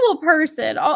person